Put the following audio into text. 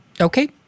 Okay